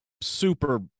super